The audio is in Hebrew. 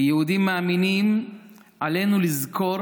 כיהודים מאמינים עלינו לזכור